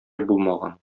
булмаган